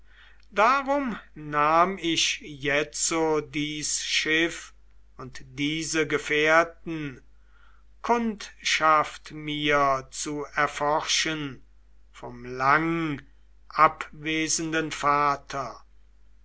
darum nahm ich jetzo dies schiff und diese gefährten kundschaft mir zu erforschen vom langabwesenden vater